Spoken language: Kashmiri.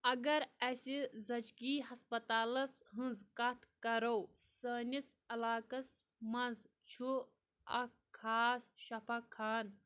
اَگر اَسہِ زَچگی ہسپَتالس ہٕنٛز کَتھ کَرو سٲنِس علاقَس منٛز چھُ اکھ خاص شفا خان